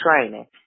training